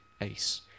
Ace